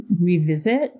revisit